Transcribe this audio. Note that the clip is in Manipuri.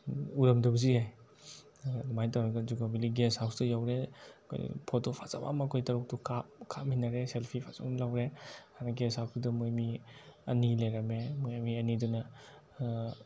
ꯎꯔꯝꯗꯕꯁꯨ ꯌꯥꯏ ꯑꯗꯣ ꯑꯗꯨꯃꯥꯏꯅ ꯇꯧꯔꯒ ꯖꯨꯀꯣ ꯕꯦꯂꯤ ꯒꯦꯁ ꯍꯥꯎꯁꯇꯨ ꯌꯧꯔꯦ ꯑꯩꯈꯣꯏ ꯐꯣꯇꯣ ꯐꯖꯕ ꯑꯃ ꯑꯩꯈꯣꯏ ꯇꯔꯨꯛꯇꯨ ꯀꯥꯞꯃꯤꯟꯅꯔꯦ ꯁꯦꯜꯐꯤ ꯐꯖꯕ ꯑꯃ ꯂꯧꯔꯦ ꯑꯗ ꯒꯦꯁ ꯍꯥꯎꯁꯇꯨꯗ ꯃꯣꯏ ꯃꯤ ꯑꯅꯤ ꯂꯩꯔꯝꯃꯦ ꯃꯣꯏ ꯃꯤ ꯑꯅꯤꯗꯨꯅ